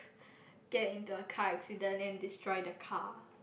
get into a car accident and destroy the car